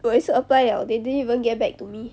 我也是 apply 了 they didn't even get back to me